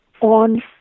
on